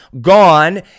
gone